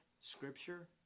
Scripture